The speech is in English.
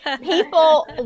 people